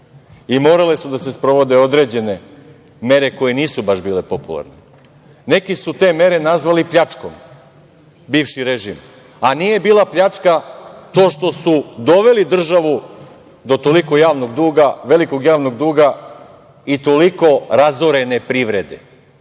i morale su da se sprovode određene mere koje nisu baš bile popularne. Neki su te mere nazvali pljačkom, bivši režim, a nije bila pljačka to što su doveli državu do toliko velikog javnog duga i toliko razorene privrede,